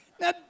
Now